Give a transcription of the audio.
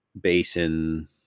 Basin